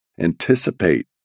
anticipate